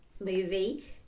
Movie